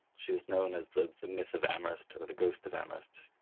she was known as the the myth of amherst or the ghost of amherst.